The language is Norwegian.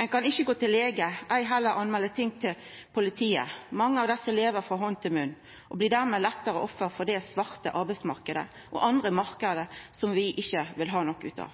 Ein kan ikkje gå til lege, ei heller melda ting til politiet. Mange av desse lever frå hand til munn og blir dermed lettare offer for den svarte arbeidsmarknaden og andre marknader som vi ikkje vil ha noko av.